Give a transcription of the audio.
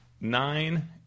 Nine